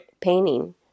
painting